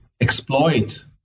exploit